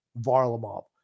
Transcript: Varlamov